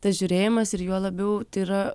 tas žiūrėjimas ir juo labiau tai yra